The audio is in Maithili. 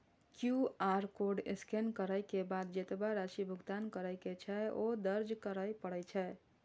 क्यू.आर कोड स्कैन करै के बाद जेतबा राशि भुगतान करै के छै, ओ दर्ज करय पड़ै छै